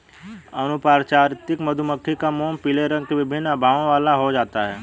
अनुपचारित मधुमक्खी का मोम पीले रंग की विभिन्न आभाओं वाला हो जाता है